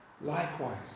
Likewise